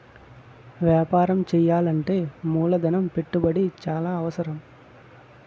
వ్యాపారం చేయాలంటే మూలధన పెట్టుబడి చాలా అవసరం